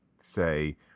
say